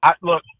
Look